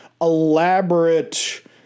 elaborate